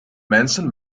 mensen